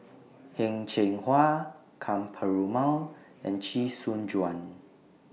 Heng Cheng Hwa Ka Perumal and Chee Soon Juan